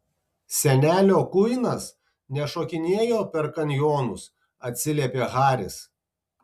senelio kuinas nešokinėjo per kanjonus atsiliepė haris